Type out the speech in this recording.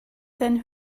then